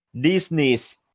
Disney's